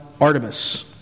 Artemis